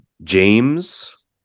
James